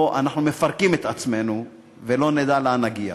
אנחנו מפרקים את עצמנו ולא נדע לאן נגיע.